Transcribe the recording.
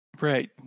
Right